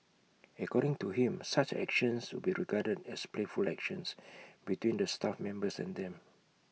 according to him such actions would be regarded as playful actions between the staff members and them